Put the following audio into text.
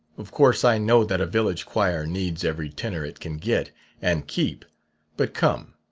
of course i know that a village choir needs every tenor it can get and keep but come.